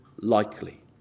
likely